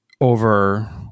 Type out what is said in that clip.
over